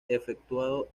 efectuado